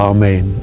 Amen